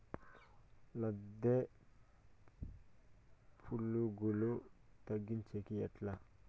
లద్దె పులుగులు తగ్గించేకి ఎట్లా?